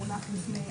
מונח לפנינו